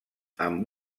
amb